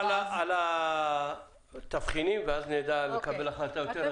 עוטף עזה מגיע לו תמרוץ בגלל נסיבות כאלה ואחרות,